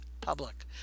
public